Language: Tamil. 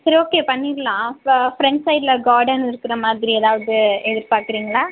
சரி ஓகே பண்ணிடலாம் ஃப ஃப்ரெண்ட் சைட்ல கார்டன் இருக்குறமாதிரி எதாவது எதிர்பார்க்குறீங்களா